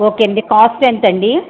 okay అండి cost ఎంతండి